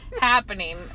happening